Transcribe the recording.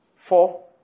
Four